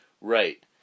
Right